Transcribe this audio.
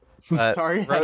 Sorry